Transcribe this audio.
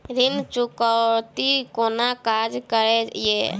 ऋण चुकौती कोना काज करे ये?